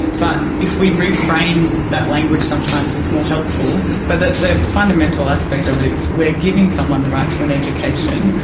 but if we reframe that language sometimes it's more helpful. but the the fundamental aspect of it is we are giving someone the right to an education,